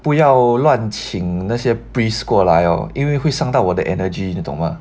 不要乱请那些 priest 过来因为会伤到我的 energy 你懂吗